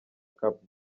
cap